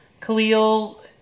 Khalil